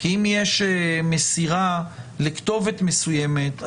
כי אם יש מסירה לכתובת מסוימת,